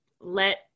let